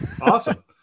awesome